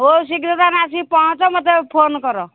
ହଉ ଶୀଘ୍ର ତାହେଲେ ଆସିକି ପହଞ୍ଚ ମୋତେ ଫୋନ କର